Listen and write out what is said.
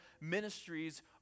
ministries